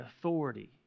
authority